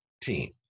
team